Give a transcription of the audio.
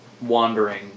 wandering